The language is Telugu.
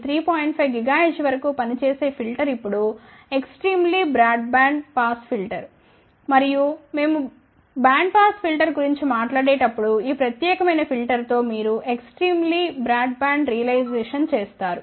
5 GHz వరకు పనిచేసే ఫిల్టర్ ఇప్పుడు extremely broad band pass filter మరియు మేము బ్యాండ్ పాస్ ఫిల్టర్ గురించి మాట్లాడేటప్పుడు ఈ ప్రత్యేకమైన ఫిల్టర్ తో మీరు extremely broad band realise చేస్తారు